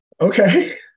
Okay